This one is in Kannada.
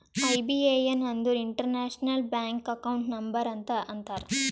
ಐ.ಬಿ.ಎ.ಎನ್ ಅಂದುರ್ ಇಂಟರ್ನ್ಯಾಷನಲ್ ಬ್ಯಾಂಕ್ ಅಕೌಂಟ್ ನಂಬರ್ ಅಂತ ಅಂತಾರ್